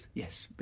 yes, but